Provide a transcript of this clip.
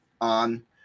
on